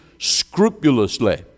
scrupulously